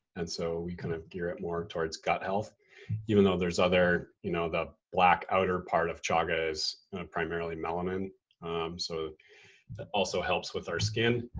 and so we kind of gear it more towards gut health even though there's other, you know the black outer part of chaga is primarily melanin so that also helps with our skin.